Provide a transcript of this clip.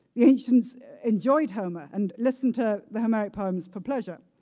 the ancients enjoyed homer and listened to the homeric poems for pleasure.